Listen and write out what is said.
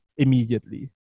immediately